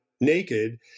naked